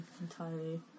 entirely